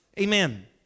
amen